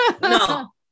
No